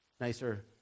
nicer